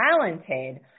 talented